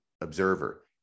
observer